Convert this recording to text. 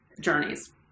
journeys